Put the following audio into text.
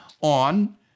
on